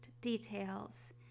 details